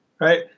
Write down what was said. right